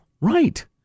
Right